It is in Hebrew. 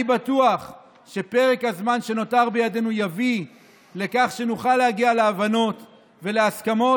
אני בטוח שפרק הזמן שנותר בידינו יביא לכך שנוכל להגיע להבנות ולהסכמות,